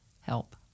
help